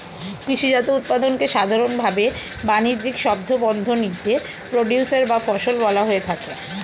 কৃষিজাত উৎপাদনকে সাধারনভাবে বানিজ্যিক শব্দবন্ধনীতে প্রোডিউসর বা ফসল বলা হয়ে থাকে